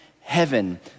heaven